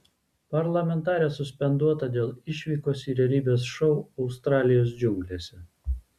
parlamentarė suspenduota dėl išvykos į realybės šou australijos džiunglėse